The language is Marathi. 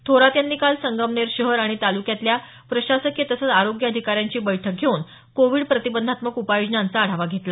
थोरात यांनी काल संगमनेर शहर आणि तालुक्यातल्या प्रशासकीय तसंच आरोग्य अधिकाऱ्यांची बैठक घेऊन कोविड प्रतिबंधात्मक उपाययोजनांचा आढावा घेतला